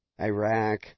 Iraq